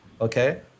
Okay